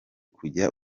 kujya